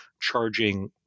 charging